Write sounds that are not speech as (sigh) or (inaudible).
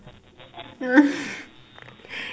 (laughs)